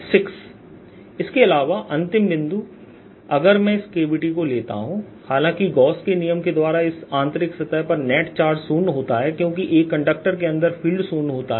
6 इसके अलावा अंतिम बिंदु अगर मैं इस कैविटी को लेता हूं हालांकि गॉस के नियमGauss's Law द्वारा इस आंतरिक सतह पर नेट चार्ज शून्य होता है क्योंकि एक कंडक्टर के अंदर फील्ड शून्य होता है